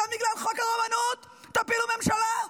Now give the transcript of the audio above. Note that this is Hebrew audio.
אתם, בגלל חוק הרבנות תפילו ממשלה?